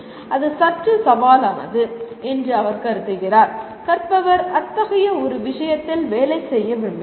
அது சற்று சவாலானது என்று அவர் கருதுகிறார் கற்பவர் அத்தகைய ஒரு விஷயத்தில் வேலை செய்ய விரும்புகிறார்